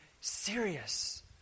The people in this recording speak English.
serious